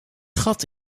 gat